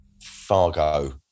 Fargo